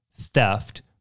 theft